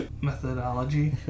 methodology